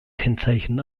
kennzeichen